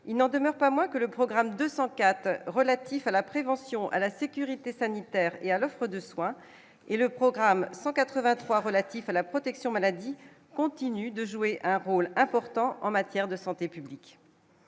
il n'en demeure pas moins que le programme 214 relatif à la prévention à la sécurité sanitaire et à l'offre de soin et le programme 183 relatif à la protection maladie continue de jouer un rôle important en matière de santé publique.